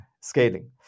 scaling